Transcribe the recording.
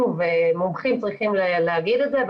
מומחים צריכים להגיד את זה,